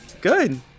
Good